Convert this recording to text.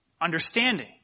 understanding